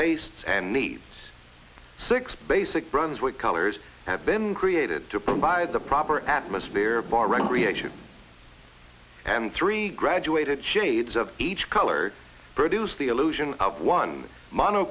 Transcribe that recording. tastes and needs six basic brunswick colors have been created to provide the proper atmosphere bar recreation and three graduated shades of each color produce the illusion of one